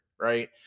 right